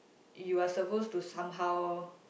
you are suppose to somehow